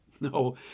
No